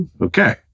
Okay